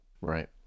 Right